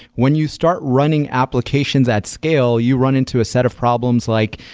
when you start running applications at scale, you run into a set of problems like,